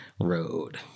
road